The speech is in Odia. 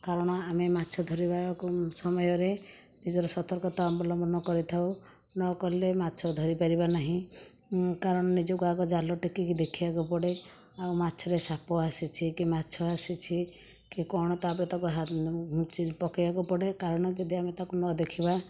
କାରଣ ଆମେ ମାଛ ଧରିବାକୁ ସମୟରେ ନିଜର ସତର୍କତା ଅବଲମ୍ବନ କରିଥାଉ ନ କଲେ ମାଛ ଧରିପାରିବା ନାହି କାରଣ ନିଜକୁ ଆଗ ଜାଲ ଟେକିକି ଦେଖିବାକୁ ପଡ଼େ ଆଉ ମାଛରେ ସାପ ଆସିଛି କି ମାଛ ଆସିଛି କି କଣ ତାପରେ ତାକୁ ପକାଇବାକୁ ପଡ଼େ କାରଣ ଯଦି ଆମେ ତାକୁ ନ ଦେଖିବା